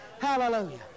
Hallelujah